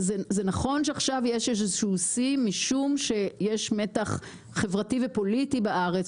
זה נכון שעכשיו יש איזשהו שיא משום שיש מתח חברתי ופוליטי בארץ,